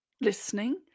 listening